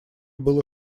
было